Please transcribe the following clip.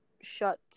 shut